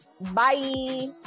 Bye